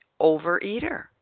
overeater